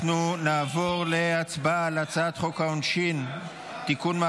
אנחנו נעבור להצבעה על הצעת חוק העונשין (תיקון,